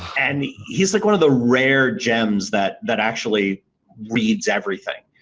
and he's like one of the rare gems that that actually reads everything.